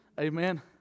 Amen